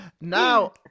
Now